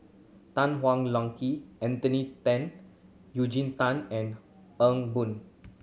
Tan Hwa Anthony Then Eugene Tan and Boon